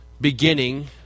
beginning